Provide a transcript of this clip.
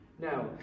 Now